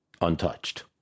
untouched